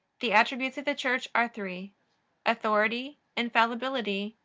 the attributes of the church are three authority infallibility,